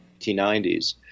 1990s